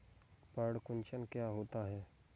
पर्ण कुंचन क्या होता है?